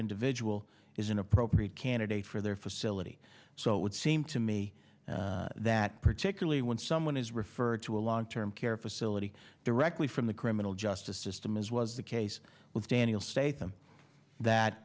individual is an appropriate candidate for their facility so it would seem to me that particularly when someone is referred to a long term care facility directly from the criminal justice system as was the case with daniel state them that